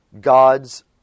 God's